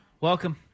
Welcome